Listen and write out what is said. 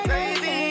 Baby